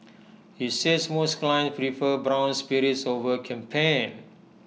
he says most clients prefer brown spirits over champagne